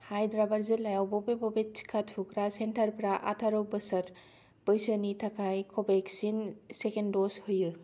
हायद्राबाद जिल्लायाव बबे बबे टिका थुग्रा सेन्टारफोरा आथार' बोसोर बैसोनि थाखाय कभेक्सिन सेकेन्द दज होयो